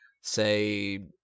say